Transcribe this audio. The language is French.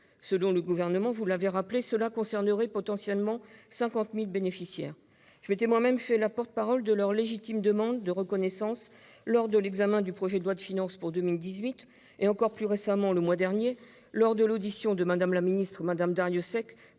Selon le Gouvernement, cela concernerait potentiellement 50 000 bénéficiaires. Je m'étais moi-même fait la porte-parole de leur légitime demande de reconnaissance lors de l'examen du projet de loi de finances pour 2018 et, encore plus récemment, le mois dernier, lors de l'audition de Mme Darrieussecq par le